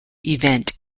event